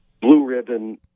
blue-ribbon